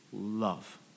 love